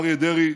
אריה דרעי,